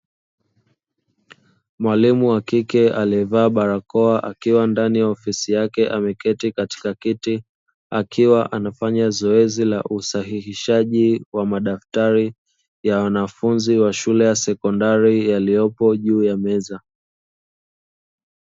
Mwalimu wa kike aliyevaa barakoa akiwa ndani ya ofisi yake ameketi katika kiti, akiwa anafanya zoezi la usahihishaji wa madaftari ya wanafunzi wa shule ya sekondari; yaliyopo juu ya meza.